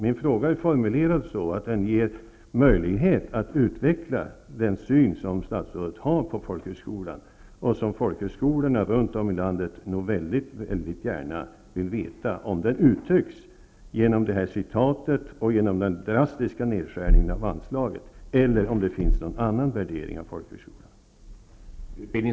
Min fråga är formulerad så att den ger statsrådet möjlighet att utveckla sin syn på folkhögskolan; folkhögskolorna runt om i landet vill nog väldigt gärna veta om den uttrycks genom det anförda citatet och genom den drastiska nedskärningen av anslaget eller om statsrådet har någon annan värdering av folkhögskolan.